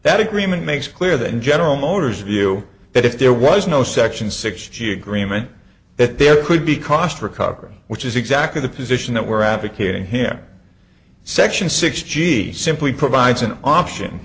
that agreement makes clear that in general motors view that if there was no section sixty agreement that there could be cost recovery which is exactly the position that we're advocating here section six g simply provides an option